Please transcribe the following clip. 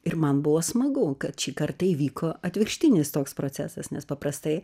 ir man buvo smagu kad šį kartą įvyko atvirkštinis toks procesas nes paprastai